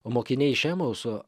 o mokiniai iš emauso